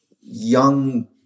young